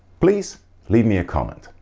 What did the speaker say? please leave me a comment.